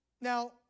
Now